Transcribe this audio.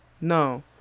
No